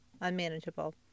unmanageable